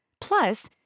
Plus